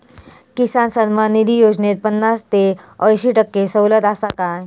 किसान सन्मान निधी योजनेत पन्नास ते अंयशी टक्के सवलत आसा काय?